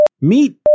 Meet